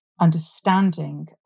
Understanding